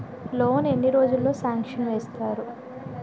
Loan ఎన్ని రోజుల్లో sanction చేస్తారు?